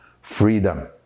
freedom